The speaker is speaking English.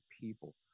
people